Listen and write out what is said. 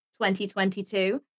2022